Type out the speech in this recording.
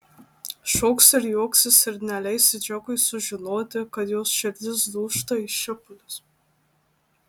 šoks ir juoksis ir neleis džekui sužinoti kad jos širdis dūžta į šipulius